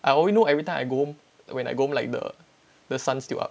I only know everytime I go home when I go home like the the sun still up